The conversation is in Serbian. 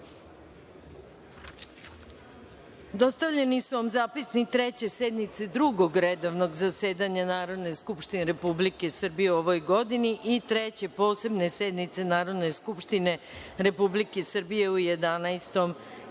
poslanika. Dostavljeni su vam Zapisnik Treće sednice Drugog redovnog zasedanja Narodne skupštine Republike Srbije u ovoj godini i Treće posebne sednice Narodne skupštine Republike Srbije u 11.